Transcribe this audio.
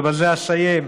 ובזה אסיים: